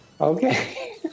Okay